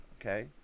okay